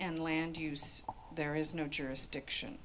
and land use there is no jurisdiction